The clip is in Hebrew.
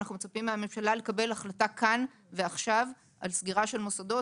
מצפים מהממשלה לקבל החלטה כאן ועכשיו על סגירה של מוסדות.